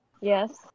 Yes